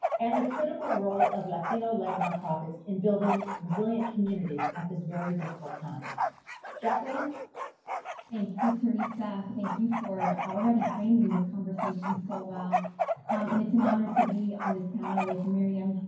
and the critical role of latino-led nonprofits in building resilient communities at this very difficult time jacqueline thank you teresa. thank you for already framing this conversation. so and it's an honor to be on this panel with miriam